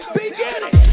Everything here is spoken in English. beginning